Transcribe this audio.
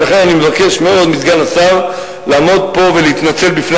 ולכן אני מבקש מאוד מסגן השר לעמוד פה ולהתנצל בפני